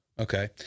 Okay